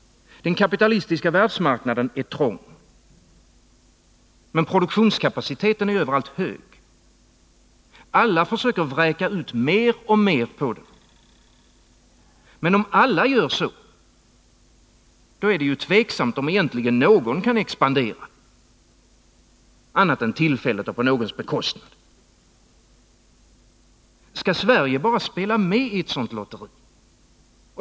Den kapitalistiska världsmarknaden är trång. Men produktionskapaciteten är överallt hög. Alla försöker vräka ut mer och mer på den. Men om alla gör så, är det tveksamt om egentligen någon kan expandera annat än tillfälligt och på någons bekostnad. Skall Sverige bara spela med i ett sådant lotteri?